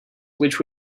which